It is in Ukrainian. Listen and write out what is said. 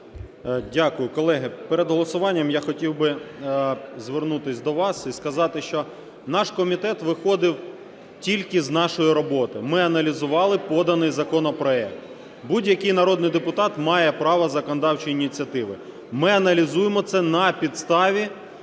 Дякую. Колеги, перед голосуванням я хотів би звернутися до вас і сказати, що наш комітет виходив тільки з нашої роботи. Ми аналізували поданий законопроект. Будь-який народний депутат має право законодавчої ініціативи. Ми аналізуємо це на підставі